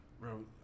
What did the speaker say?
Bro